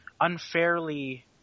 unfairly